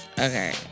Okay